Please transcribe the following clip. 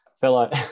fellow